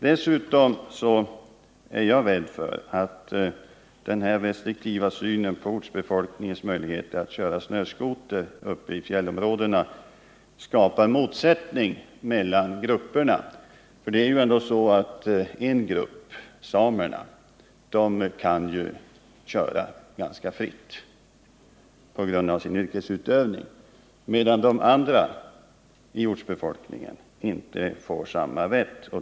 Dessutom är jag rädd för att den här restriktiva lagstiftningen när det gäller ortsbefolkningens möjligheter att köra snöskoter i fjällområdena skapar motsättningar mellan olika grupper. En grupp — samerna — kan på grund av sin yrkesutövning köra ganska fritt, medan den övriga ortsbefolkningen inte har samma rätt.